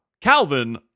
Calvin